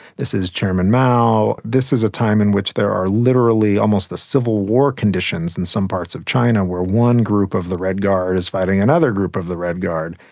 this is chairman mao, this is a time in which there are literally almost civil war conditions in some parts of china, where one group of the red guard is fighting another group of the red guard.